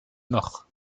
noch